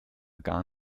gar